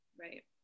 Right